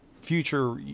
future